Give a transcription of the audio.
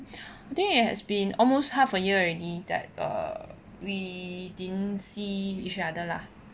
I think it has been almost half a year already that err we didn't see each other lah